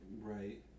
Right